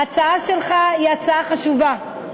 ההצעה שלך היא הצעה חשובה,